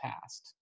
past